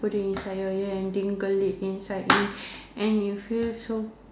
put it inside your ear and tingle it inside in and it feel so